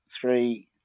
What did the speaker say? three